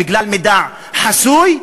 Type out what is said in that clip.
בגלל מידע חסוי?